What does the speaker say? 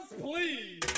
please